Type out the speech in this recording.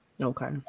Okay